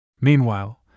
Meanwhile